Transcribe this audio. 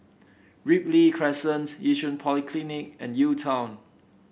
Ripley Crescent Yishun Polyclinic and UTown